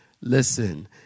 Listen